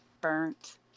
burnt